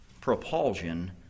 propulsion